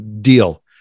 deal